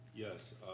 Yes